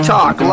Talk